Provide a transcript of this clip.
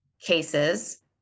cases